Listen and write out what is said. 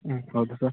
ಹ್ಞೂ ಹೌದು ಸರ್